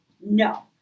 No